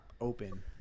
open